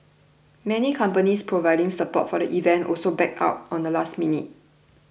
many companies providing support for the event also backed out on the last minute